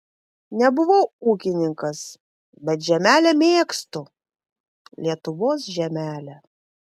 nebuvau ūkininkas bet žemelę mėgstu lietuvos žemelę